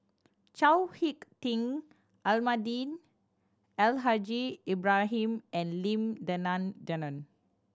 Chao Hick Tin Almahdi Al Haj Ibrahim and Lim Denan Denon